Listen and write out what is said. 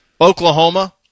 Oklahoma